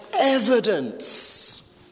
evidence